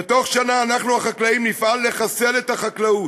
"בתוך שנה אנחנו, החקלאים, נפעל לחסל את החקלאות,